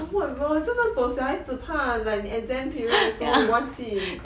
oh my god 好像小孩子怕 like 你 exam period 的时候忘记东西